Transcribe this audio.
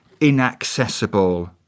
inaccessible